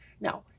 Now